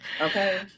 Okay